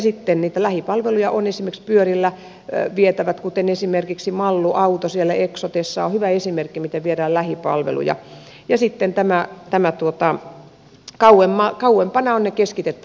sitten niitä lähipalveluja ovat esimerkiksi pyörillä vietävät esimerkiksi mallu auto siellä eksotessa on hyvä esimerkki miten viedään lähipalveluja ja sitten kauempana ovat ne keskitettävät palvelut